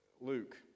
Luke